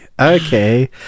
Okay